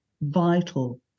vital